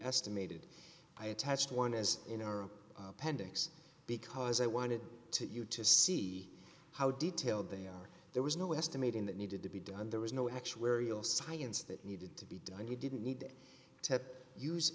estimated i attached one as you know appendix because i wanted to you to see how detailed they are there was no estimating that needed to be done there was no actuarial science that needed to be done you didn't need to use